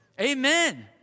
Amen